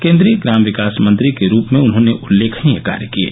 केन्द्रीय ग्राम्य विकास मंत्री के रूप में उन्होंने उल्लेखनीय कार्य किये